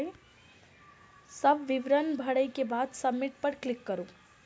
सब विवरण भरै के बाद सबमिट पर क्लिक करू